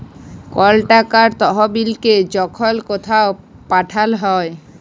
call টাকার তহবিলকে যখল কথাও পাঠাল হ্যয়